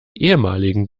ehemaligen